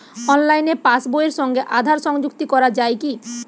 অনলাইনে পাশ বইয়ের সঙ্গে আধার সংযুক্তি করা যায় কি?